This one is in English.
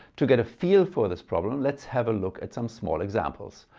to get a feel for this problem let's have a look at some small examples.